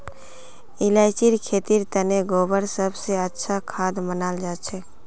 इलायचीर खेतीर तने गोबर सब स अच्छा खाद मनाल जाछेक